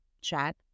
chat